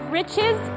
riches